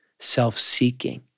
self-seeking